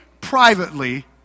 privately